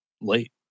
late